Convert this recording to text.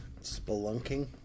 Spelunking